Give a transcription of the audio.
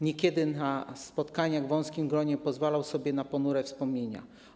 Niekiedy na spotkaniach w wąskim gronie pozwalał sobie na ponure wspomnienia.